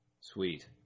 Sweet